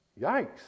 Yikes